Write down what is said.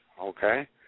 okay